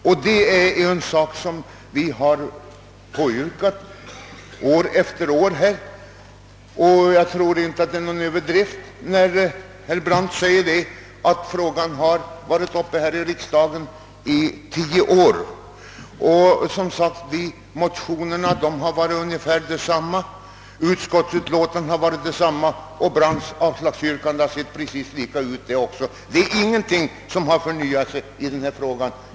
Vi har år efter år yrkat på att sådana här konton skulle införas; jag tror inte det är någon överdrift att påstå att frågan varit uppe i riksdagen under tio år. Motionerna har — såsom redan framhållits — varit ungefär desamma, liksom utskottets uttalanden och herr Brandts avslagsyrkanden. Ingenting nytt har hänt i frågan. Herr talman!